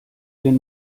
den